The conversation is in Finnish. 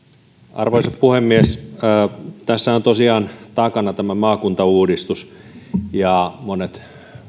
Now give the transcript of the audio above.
arvoisa puhemies tässä on tosiaan takana tämä maakuntauudistus monet